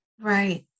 Right